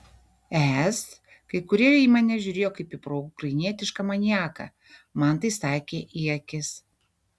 es kai kurie į mane žiūrėjo kaip ir proukrainietišką maniaką man tai sakė į akis